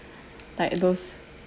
like those